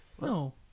No